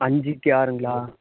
அஞ்சிக்கு ஆறுங்களா